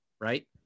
right